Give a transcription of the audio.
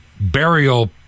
burial